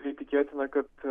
tai tikėtina kad